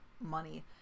money